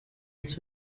its